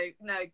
no